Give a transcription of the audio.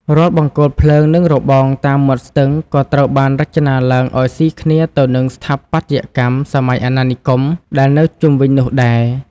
រាល់បង្គោលភ្លើង និងរបងតាមមាត់ស្ទឹង ក៏ត្រូវបានរចនាឡើងឱ្យស៊ីគ្នាទៅនឹងស្ថាបត្យកម្មសម័យអាណានិគមដែលនៅជុំវិញនោះដែរ។